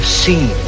seen